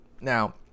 Now